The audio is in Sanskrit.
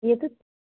एतत्